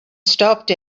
stopped